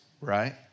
right